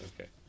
Okay